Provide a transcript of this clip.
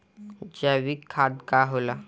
जैवीक खाद का होला?